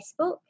Facebook